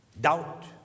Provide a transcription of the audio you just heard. doubt